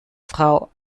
frau